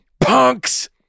punks